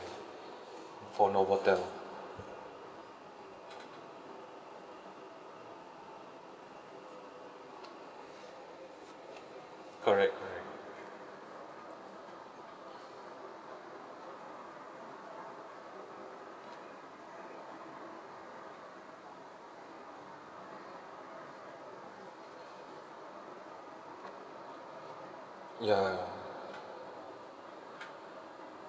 for novotel correct correct ya